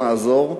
נעזור,